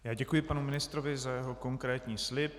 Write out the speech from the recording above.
Já děkuji panu ministrovi za jeho konkrétní slib.